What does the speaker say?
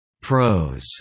Pros